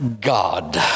God